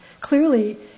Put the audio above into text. Clearly